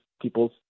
people's